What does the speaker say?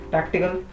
Tactical